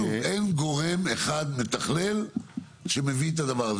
שוב, אין גורם אחד מתכלל שמביא את הדבר הזה.